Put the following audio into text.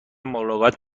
ملاقات